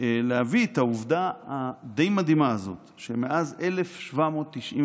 להביא את העובדה הדי-מדהימה הזאת, שמאז 1791,